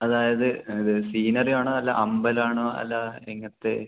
അതായത് അത് സീനറി ആണോ അല്ല അമ്പലം ആണോ അല്ല എങ്ങനത്തെ